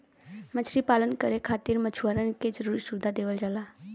मछरी पालन करे खातिर मछुआरन के जरुरी सुविधा देवल जाला